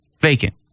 vacant